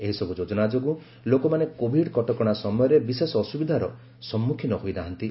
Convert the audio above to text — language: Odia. ଏହିସବୁ ଯୋଜନା ଯୋଗୁଁ ଲୋକମାନେ କୋଭିଡ୍ କଟକଣା ସମୟରେ ବିଶେଷ ଅସୁବିଧାର ସମ୍ମୁଖୀନ ହୋଇନାହାନ୍ତି